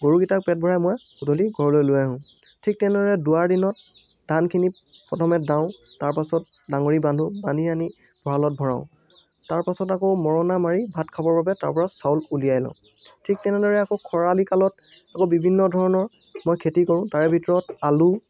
গৰুকেইটাক পেট ভৰাই মই গধূলি ঘৰলৈ লৈ আহোঁ ঠিক তেনেদৰে দোৱাৰ দিনত ধানখিনি প্ৰথমে দাওঁ তাৰ পাছত ডাঙৰি বান্ধো বান্ধি আনি ভঁৰালত ভৰাওঁ তাৰ পাছত আকৌ মৰণা মাৰি ভাত খাবৰ বাবে তাৰ পৰা চাউল উলিয়াই আনো ঠিক তেনেদৰে আকৌ খৰালি কালত আকৌ বিভিন্ন ধৰণৰ মই খেতি কৰোঁ তাৰে ভিতৰত আলু